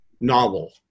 novel